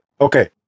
Okay